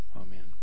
Amen